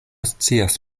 scias